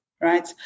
right